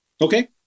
Okay